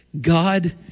God